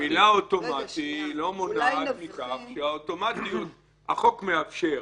המילה אוטומטי לא מונעת מכך החוק מאפשר,